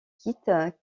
kit